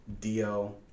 Dio